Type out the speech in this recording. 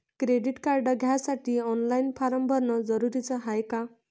Credit card घ्यासाठी online form भरन जरुरीच हाय का?